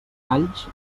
alls